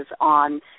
on